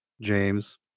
James